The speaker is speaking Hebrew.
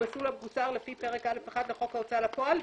במסלול המקוצר לפי פרק א'1 לחוק ההוצאה לפועל,